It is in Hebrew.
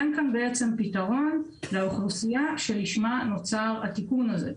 אין כאן פתרון לאוכלוסייה שלשמה נוצר התיקון הזה.